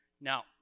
Now